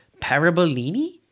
Parabolini